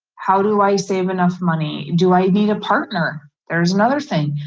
how do i save enough money? do i need a partner? there's another thing.